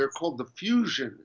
they're called the fusion